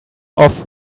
off